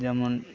যেমন